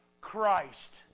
Christ